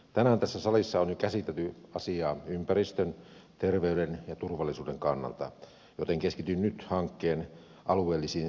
tänään tässä salissa on jo käsitelty asiaa ympäristön terveyden ja turvallisuuden kannalta joten keskityn nyt hankkeen alueellisiin työllisyysvaikutuksiin